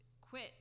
quit